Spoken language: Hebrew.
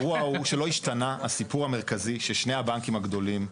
האירוע הוא שלא השתנה הסיפור המרכזי ששני הבנקים הגדולים,